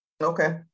Okay